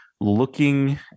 looking